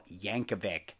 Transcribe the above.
Yankovic